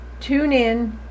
TuneIn